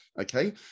Okay